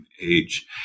age